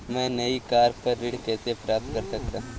मैं नई कार पर ऋण कैसे प्राप्त कर सकता हूँ?